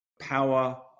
power